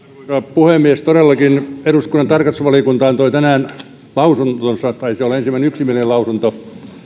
puhemies todellakin eduskunnan tarkastusvaliokunta antoi tänään lausuntonsa taisi olla ensimmäinen yksimielinen lausunto